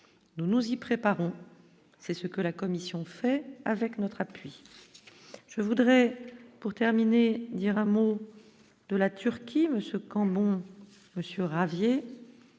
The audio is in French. nous nous y préparons, c'est ce que la commission fait avec notre appui, je voudrais pour terminer dire un mot de la Turquie Monsieur Cambon Monsieur